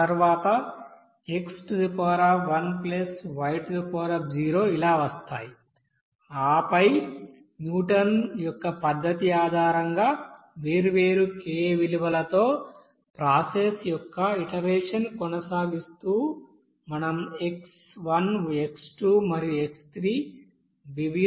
ఆ తర్వాత xy ఇలా వస్తాయి ఆపై న్యూటన్ యొక్క పద్ధతి ఆధారంగా వేర్వేరు k విలువలతో ప్రాసెస్ యొక్క ఇటరేషన్ కొనసాగిస్తూ మనం x x మరియు x